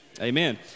Amen